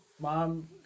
mom